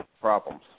problems